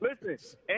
Listen